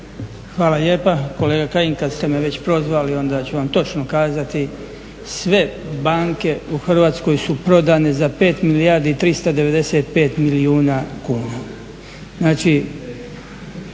Hvala lijepa. Kolega Kajin, kad ste me već prozvali onda ću vam točno kazati. Sve banke u Hrvatskoj su prodane za 5 milijardi i 395 milijuna kuna.